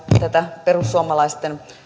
tätä perussuomalaisten